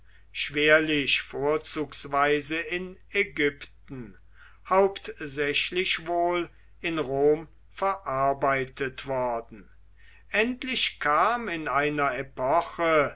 schwerlich vorzugsweise in ägypten hauptsächlich wohl in rom verarbeitet worden endlich kam in einer epoche